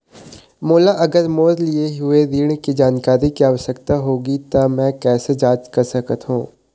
मोला अगर मोर लिए हुए ऋण के जानकारी के आवश्यकता होगी त मैं कैसे जांच सकत हव?